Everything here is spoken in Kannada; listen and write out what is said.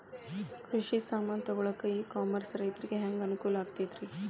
ಕೃಷಿ ಸಾಮಾನ್ ತಗೊಳಕ್ಕ ಇ ಕಾಮರ್ಸ್ ರೈತರಿಗೆ ಹ್ಯಾಂಗ್ ಅನುಕೂಲ ಆಕ್ಕೈತ್ರಿ?